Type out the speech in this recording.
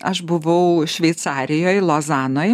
aš buvau šveicarijoj lozanoj